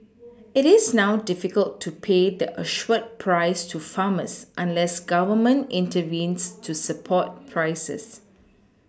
it is now difficult to pay the assured price to farmers unless Government intervenes to support prices